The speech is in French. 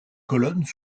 colonnes